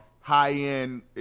high-end